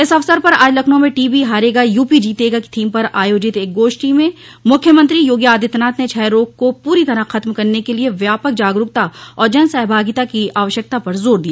इस अवसर पर आज लखनऊ में टीबी हारेगा यूपी जीतेगा की थीम पर आयोजित एक गोष्ठी में मुख्यमंत्री योगी आदित्यनाथ ने क्षय रोग को पूरी तरह खत्म करने के लिए व्यापक जागरूकता और जनसहभागिता की आवश्यकता पर जोर दिया